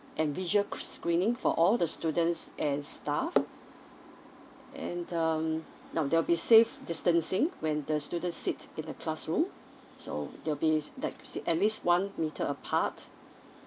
and visual screening for all the students and staff and um now there'll be safe distancing when the students sit in a classroom so they'll be like sit at least one meter apart